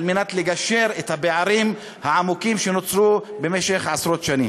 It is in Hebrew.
כדי לגשר על הפערים העמוקים שנוצרו במשך עשרות שנים.